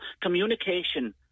communication